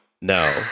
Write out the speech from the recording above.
No